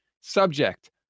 Subject